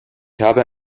habe